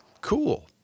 Cool